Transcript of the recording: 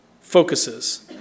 focuses